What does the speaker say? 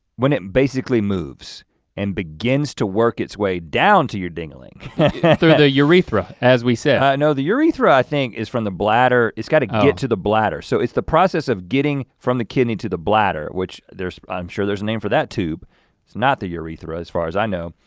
when it basically moves and begin to work it's way down to your ding a ling. through the urethra as we said. no, the urethra i think is from the bladder. oh. it's gotta get to the bladder. so it's the process from getting from the kidney to the bladder, which, there's, i'm sure there's a name for that too. it's not the urethra as far as i know.